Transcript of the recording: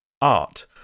art